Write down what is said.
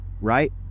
Right